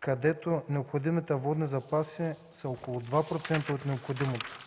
където необходимите водни запаси са около 2% от необходимото.